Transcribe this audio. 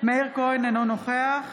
מאיר כהן, אינו נוכח